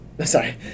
sorry